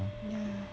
yeah